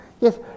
yes